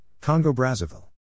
Congo-Brazzaville